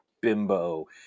bimbo